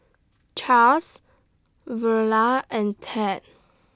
Charles Verla and Ted